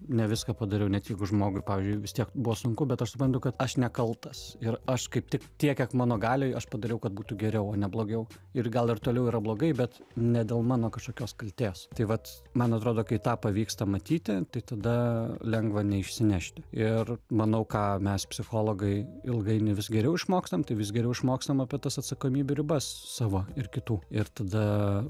ne viską padariau net jeigu žmogui pavyzdžiui vis tiek buvo sunku bet aš suprantu kad aš nekaltas ir aš kaip tik tiek kiek mano galioj aš padariau kad būtų geriau o ne blogiau ir gal ir toliau yra blogai bet ne dėl mano kažkokios kaltės tai vat man atrodo kai tą pavyksta matyti tai tada lengva neišsinešti ir manau ką mes psichologai ilgainiui vis geriau išmokstam tai vis geriau išmokstama apie tas atsakomybių ribas savo ir kitų ir tada